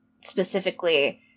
specifically